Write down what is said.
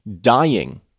dying